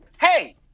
Hey